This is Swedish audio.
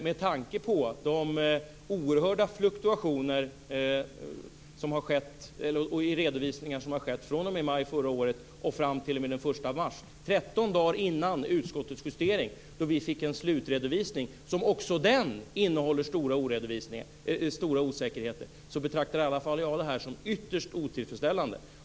Med tanke på de oerhörda fluktuationer i redovisningar som har skett fr.o.m. maj förra året och fram t.o.m. den 1 mars, 13 dagar innan utskottets justering då vi fick en slutredovisning som också den innehåller stora osäkerheter, betraktar i alla fall jag detta som ytterst otillfredsställande.